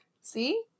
see